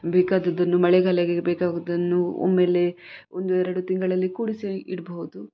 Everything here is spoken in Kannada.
ಬೇಕಾದದ್ದನ್ನು ಮಳೆಗಾಲಕೆ ಬೇಕಾಗೋದನ್ನು ಒಮ್ಮೆಲೆ ಒಂದು ಎರಡು ತಿಂಗಳಲ್ಲಿ ಕೂಡಿಸಿ ಇಡಬಹುದು